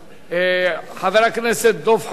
חבר הכנסת דב חנין.